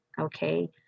okay